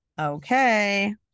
okay